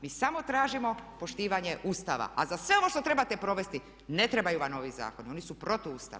Mi samo tražimo poštivanje Ustava, a za sve ovo što trebate provesti ne trebaju vam ovi zakoni, oni su protuustavni.